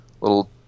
little